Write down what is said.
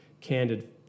candid